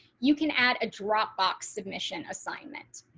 you can add a dropbox submission assignment.